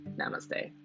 Namaste